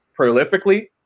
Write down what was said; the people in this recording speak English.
prolifically